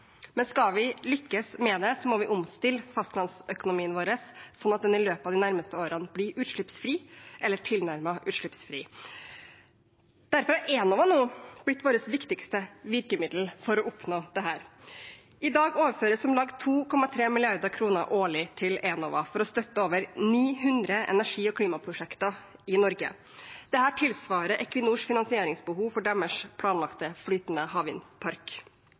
men skal vi lykkes med det, må vi omstille fastlandsøkonomien vår sånn at den i løpet av de nærmeste årene blir utslippsfri – eller tilnærmet utslippsfri. Derfor er Enova nå blitt vårt viktigste virkemiddel for å oppnå dette. I dag overføres om lag 2,3 mrd. kr årlig til Enova for å støtte over 900 energi- og klimaprosjekter i Norge. Dette tilsvarer Equinors finansieringsbehov for deres planlagte flytende havvindpark.